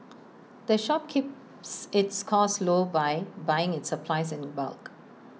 the shop keeps its costs low by buying its supplies in bulk